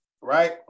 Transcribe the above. right